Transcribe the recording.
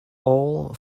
all